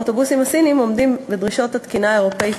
האוטובוסים הסיניים עומדים בדרישות התקינה האירופית,